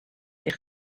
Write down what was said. eich